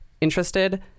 interested